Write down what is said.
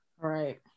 Right